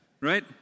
right